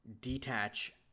detach